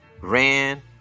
Ran